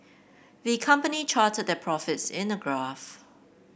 the company charted their profits in a graph